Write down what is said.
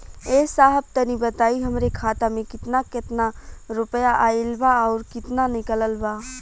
ए साहब तनि बताई हमरे खाता मे कितना केतना रुपया आईल बा अउर कितना निकलल बा?